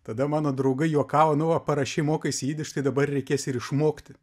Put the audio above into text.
tada mano draugai juokavo nu va parašei mokaisi jidiš tai dabar reikės ir išmokti